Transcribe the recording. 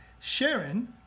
Sharon